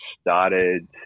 started